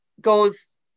goes